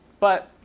but,